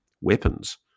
weapons